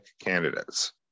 candidates